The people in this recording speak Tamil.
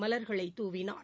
மலர்களை தூவினார்